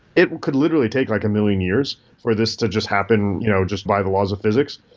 it could literally take like a million years for this to just happen you know just by the laws of physics.